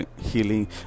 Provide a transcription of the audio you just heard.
healing